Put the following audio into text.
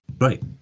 Right